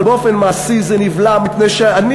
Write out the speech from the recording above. אבל באופן מעשי זה נבלם מפני שאני,